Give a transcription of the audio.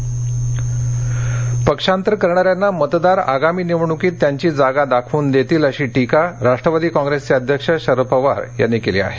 पवार पक्षांतर करणाऱ्यांना मतदार आगामी निवडणुकीत त्यांची जागा दाखवून देतील अशी टीका राष्ट्रवादी काँग्रेसचे अध्यक्ष शरद पवार यांनी केली आहे